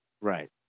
Right